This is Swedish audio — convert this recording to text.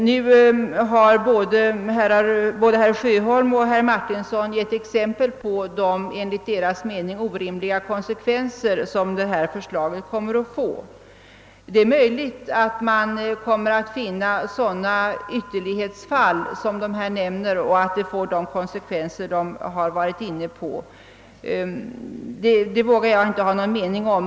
Nu har både herr Sjöholm och herr Martinsson gett exempel på de enligt deras mening orimliga konsekvenser som detta förslag kommer att få. Det är möjligt att man kommer att finna sådana ytterlighetsfall som de nämnt med de konsekvenser som de varit inne på — det vågar jag inte ha någon mening om.